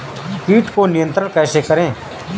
कीट को नियंत्रण कैसे करें?